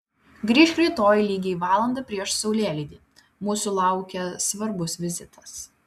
grįžk rytoj lygiai valandą prieš saulėlydį mūsų laukia svarbus vizitas